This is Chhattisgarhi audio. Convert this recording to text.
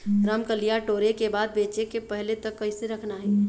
रमकलिया टोरे के बाद बेंचे के पहले तक कइसे रखना हे?